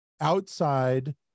outside